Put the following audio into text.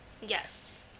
Yes